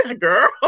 girl